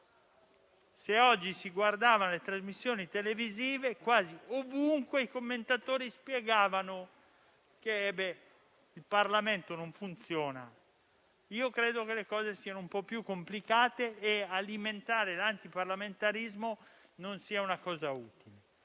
debba rispondere. Nelle trasmissioni televisive di oggi, quasi ovunque i commentatori spiegavano che il Parlamento non funziona. Credo che le cose siano un po' più complicate e che alimentare l'antiparlamentarismo non sia utile.